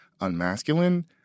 unmasculine